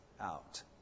out